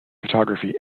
photography